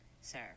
Sir